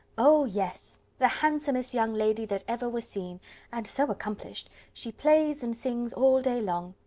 oh! yes the handsomest young lady that ever was seen and so accomplished she plays and sings all day long.